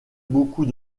beaucoup